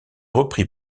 repris